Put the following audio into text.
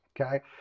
okay